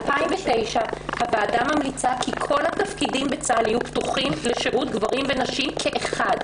"כל התפקידים בצה"ל יהיו פתוחים לשירות גברים ונשים כאחד,